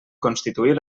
constituir